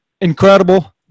incredible